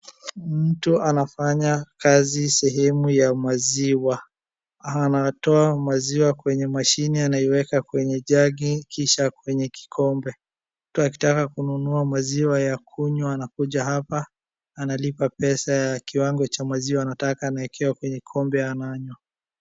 Mtu anafanya kazi sehemu ya maziwa, anatoa maziwa kwenye mashini anaiweka kwenye jagi kisha kwenye kikombe. Mtu akitaka kununua maziwa ya kunywa anakuja hapa, analipa pesa ya kiwango cha maziwa anataka anawekewa kwenye kikombe ananywa.